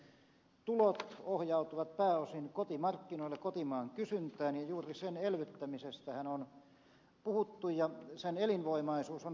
eläkeläisten tulot ohjautuvat pääosin kotimarkkinoille kotimaan kysyntään ja juuri sen elvyttämisestähän on puhuttu ja sen elinvoimaisuus on välttämätöntä